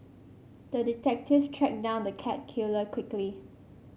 the detective tracked down the cat killer quickly